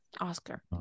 Oscar